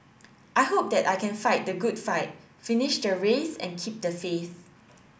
I hope that I can fight the good fight finish the race and keep the faith